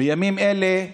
בימים אלה,